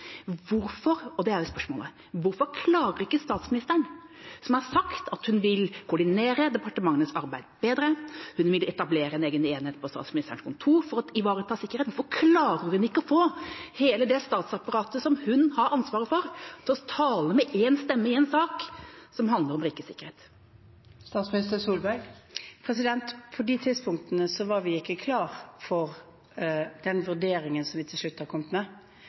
Hvorfor, og det er jo spørsmålet, klarer ikke statsministeren – som har sagt at hun vil koordinere departementenes arbeid bedre, etablere en egen enhet på Statsministerens kontor for å ivareta sikkerhet – å få hele det statsapparatet som hun har ansvaret for, til å tale med én stemme i en sak som handler om rikets sikkerhet? På de tidspunktene var vi ikke klare for den vurderingen som vi til slutt kom med. Den vurderingen ble klar først med